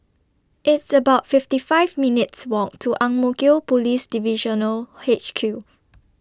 It's about fifty five minutes' Walk to Ang Mo Kio Police Divisional H Q